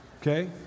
okay